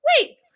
wait